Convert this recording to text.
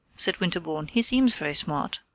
said winterbourne he seems very smart.